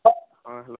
ହଁ ହ୍ୟାଲୋ